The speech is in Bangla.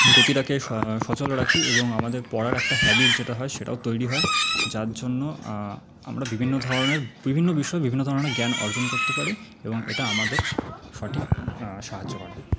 গতিটাকে সচল রাখি এবং আমাদের পড়ার একটা হ্যাবিট যেটা হয় সেটাও তৈরি হয় যার জন্য আমরা বিভিন্ন ধরনের বিভিন্ন বিষয়ে বিভিন্ন ধরনের জ্ঞান অর্জন করতে পারি এবং এটা আমাদের সঠিক সাহায্য করে